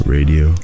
Radio